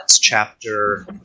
Chapter